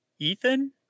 ethan